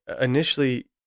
initially